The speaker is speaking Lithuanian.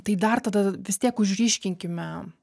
tai dar tada vis tiek užryškinkime